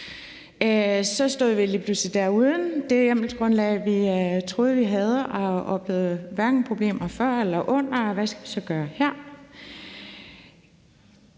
så stod vi pludselig der uden det hjemmelsgrundlag, vi troede vi havde. Vi oplevede hverken problemer før eller under den tid, men hvad skal vi så gøre her?